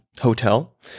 Hotel